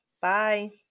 Bye